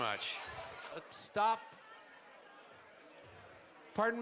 much stop pardon